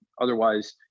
otherwise